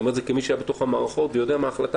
אני אומר את זה כמי שהיה בתוך המערכות ויודע מה החלטה